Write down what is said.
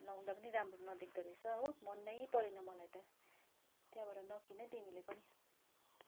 लाउँदा पनि राम्रो नदेखिँदो रहेछ हो मनै परेन मलाई त त्यहाँबाट नकिन है तिमीले पनि